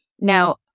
Now